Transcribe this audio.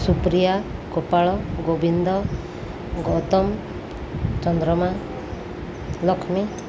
Supriya Gopal Govind Gautam Chandrama Lakshmi